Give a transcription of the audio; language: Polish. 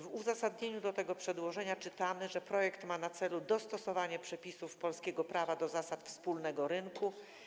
W uzasadnieniu tego sprawozdania czytamy, że projekt ma na celu dostosowanie przepisów polskiego prawa do zasad wspólnego rynku.